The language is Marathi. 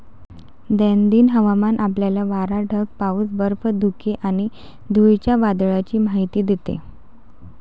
दैनंदिन हवामान आपल्याला वारा, ढग, पाऊस, बर्फ, धुके आणि धुळीच्या वादळाची माहिती देते